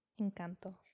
Encanto